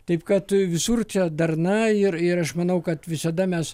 taip kad visur čia darna ir ir aš manau kad visada mes